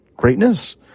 Greatness